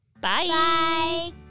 Bye